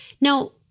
Now